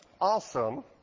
awesome